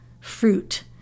fruit